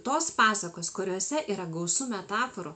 tos pasakos kuriose yra gausu metaforų